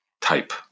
type